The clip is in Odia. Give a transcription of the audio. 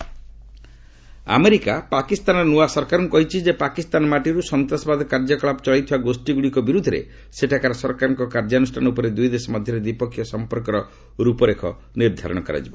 ୟୁଏସ୍ ପାକିସ୍ତାନ ଟେରର୍ ଆମେରିକା ପାକିସ୍ତାନର ନୂଆ ସରକାରଙ୍କୁ କହିଛି ଯେ ପାକିସ୍ତାନ ମାଟିରୁ ସନ୍ତାସବାଦ କାର୍ଯ୍ୟକଳାପ ଚଳାଇଥିବା ଗୋଷ୍ଠୀଗୁଡ଼ିକ ବିରୁଦ୍ଧରେ ସେଠାକାର ସରକାରଙ୍କ କାର୍ଯ୍ୟାନୁଷ୍ଠାନ ଉପରେ ଦୁଇଦେଶ ମଧ୍ୟରେ ଦ୍ୱିପକ୍ଷୀୟ ସମ୍ପର୍କର ରୂପରେଖ ନିର୍ଦ୍ଧାରଣ କରାଯିବ